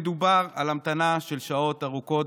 מדובר על המתנה של שעות ארוכות,